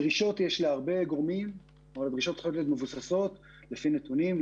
דרישות יש להרבה גורמים אבל דרישות חייבות להיות מבוססות לפי נתונים,